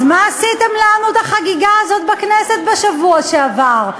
אז מה עשיתם לנו את החגיגה הזאת בכנסת בשבוע שעבר?